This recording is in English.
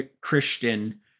Christian